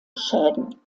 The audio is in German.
schäden